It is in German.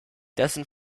dessen